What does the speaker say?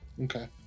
Okay